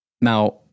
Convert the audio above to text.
Now